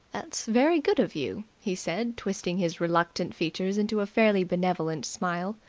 that's very good of you, he said, twisting his reluctant features into a fairly benevolent smile.